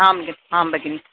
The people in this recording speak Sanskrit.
आम् आं भगिनि